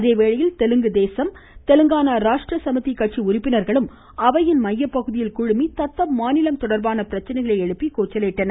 அதேவேளையில் தெலுங்குதேசம் தெலுங்கானா ராஷ்ட்ர கட்சி உறுப்பினர்களும் அவையின் மையப்பகுதியில் குழுமி தத்தம் மாநிலம் தொடர்பான பிரச்சினைகளை எழுப்பி கூச்சலிட்டனர்